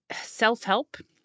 self-help